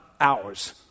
hours